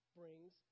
brings